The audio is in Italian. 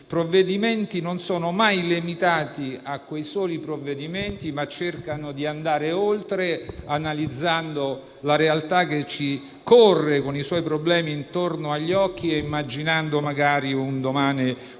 provvedimenti non sono mai limitate solamente ad essi, ma cercano di andare oltre analizzando la realtà che ci corre con i suoi problemi intorno agli occhi e immaginando magari un domani migliore.